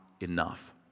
enough